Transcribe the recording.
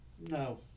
No